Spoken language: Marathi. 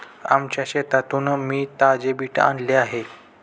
आमच्या शेतातून मी ताजे बीट आणले आहे